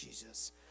Jesus